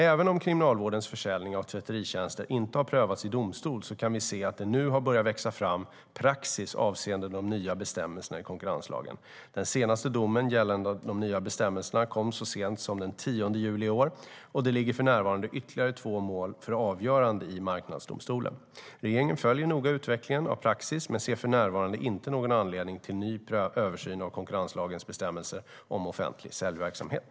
Även om Kriminalvårdens försäljning av tvätteritjänster inte har prövats i domstol kan vi se att det nu har börjat växa fram praxis avseende de nya bestämmelserna i konkurrenslagen. Den senaste domen gällande de nya bestämmelserna kom så sent som den 10 juli i år, och det ligger för närvarande ytterligare två mål för avgörande i Marknadsdomstolen. Regeringen följer noga utvecklingen av praxis men ser för närvarande inte någon anledning till en ny översyn av konkurrenslagens bestämmelser om offentlig säljverksamhet.